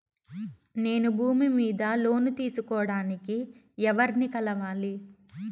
నేను భూమి మీద లోను తీసుకోడానికి ఎవర్ని కలవాలి?